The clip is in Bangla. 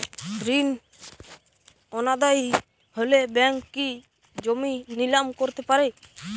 ঋণ অনাদায়ি হলে ব্যাঙ্ক কি জমি নিলাম করতে পারে?